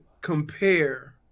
compare